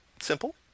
simple